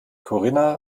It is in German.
corinna